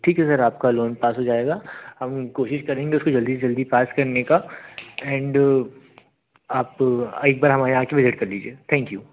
ठीक है सर आपका लोन पास हो जाएगा हम कोशिश करेंगे उसको जल्दी से जल्दी पास करने का एंड आप एक बार हमारे यहाँ आकर विज़िट कर लीजिए थैंक यू